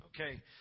Okay